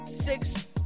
six